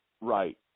Right